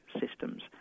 systems